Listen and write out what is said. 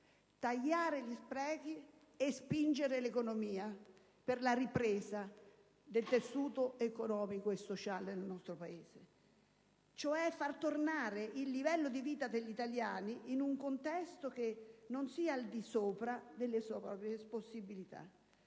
tagliando gli sprechi e spingendo l'economia, per consentire la ripresa del tessuto economico e sociale nel nostro Paese, cioè far tornare il livello di vita degli italiani in un contesto che non sia al di sopra delle loro possibilità.